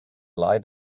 light